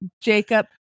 Jacob